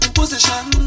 position